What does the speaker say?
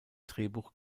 drehbuch